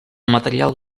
material